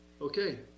Okay